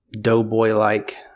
Doughboy-like